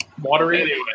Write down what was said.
Watery